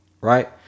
right